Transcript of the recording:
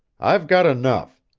i've got enough.